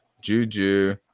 Juju